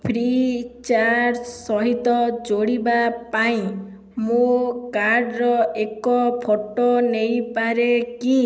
free charge ସହିତ ଯୋଡ଼ିବା ପାଇଁ ମୋ କାର୍ଡ଼ର ଏକ ଫଟୋ ନେଇପାରେ କି